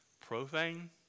profane